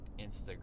Instagram